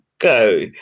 go